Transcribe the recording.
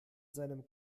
seinem